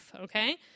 okay